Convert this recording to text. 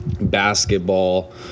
basketball